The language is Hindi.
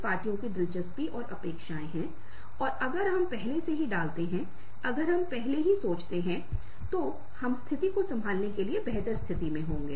शरीर का शारीरिक रखरखाव हम मानसिक शांति चाहते हैं हम अवकाश चाहते हैं और हम दूसरों के साथ बातचीत करना चाहते हैं